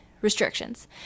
restrictions